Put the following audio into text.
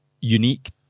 unique